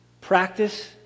practice